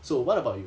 so what about you